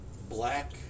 black